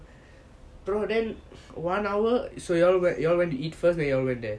bro then one hour so you all went to eat first then you all went there